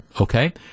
okay